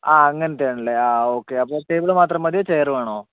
ആ അങ്ങനത്തെ ആണല്ലെ ആ ഒക്കെ അപ്പോൾ ടേബിൾ മാത്രം മതിയോ ചെയർ വേണോ